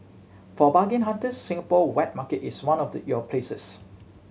for bargain hunters Singapore wet market is one of your places